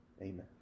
Amen